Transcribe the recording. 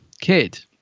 kid